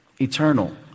eternal